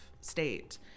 state